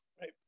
Right